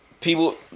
people